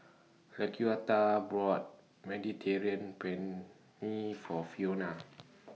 Laquita brought Mediterranean Penne For Fiona